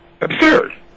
absurd